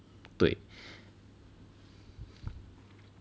对